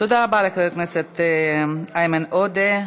תודה רבה לחבר הכנסת איימן עודה.